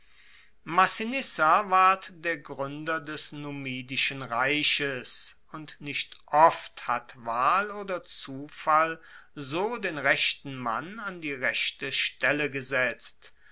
massinissa ward der gruender des numidischen reiches und nicht oft hat wahl oder zufall so den rechten mann an die rechte stelle gesetzt